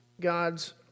God's